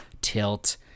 Tilt